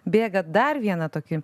bėga dar vieną tokį